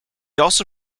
also